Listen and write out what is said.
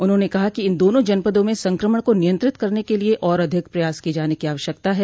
उन्होंने कहा कि इन दोनों जनपदों में संक्रमण को नियंत्रित करने के लिये और अधिक प्रयास किये जाने की आवश्यकता है